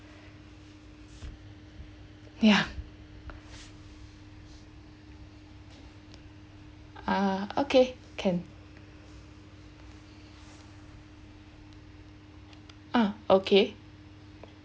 ya uh okay can ah okay